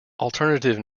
alternative